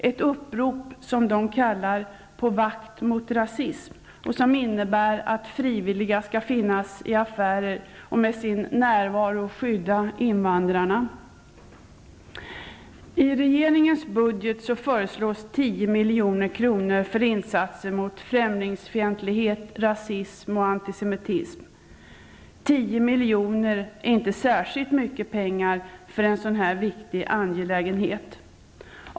Deras upprop ''På vakt mot rasism'' innebär att frivilliga skall finnas i affärer och med sin närvaro skydda invandrarna. I regeringens budget föreslås 10 milj.kr. för insatser mot främlingsfientlighet, rasism och antisemitism. 10 miljoner är inte särskilt mycket pengar för en så här viktig angelägenhet.